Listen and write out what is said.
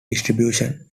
distribution